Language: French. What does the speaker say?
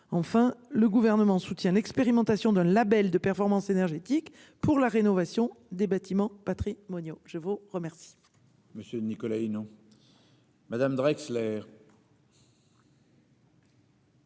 Enfin le gouvernement soutient l'expérimentation d'un Label de performance énergétique pour la rénovation des bâtiments patrimoniaux. Je vous remercie.